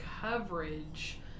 coverage